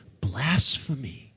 blasphemy